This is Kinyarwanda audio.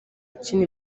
ukina